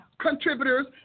contributors